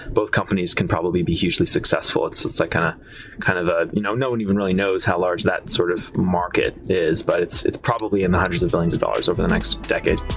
both companies can probably be hugely successful. it's it's like and kind of ah you know no one even really knows how large that sort of market is, but it's it's probably in the hundreds of billions of dollars over the next decade.